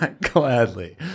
Gladly